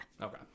Okay